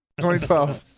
2012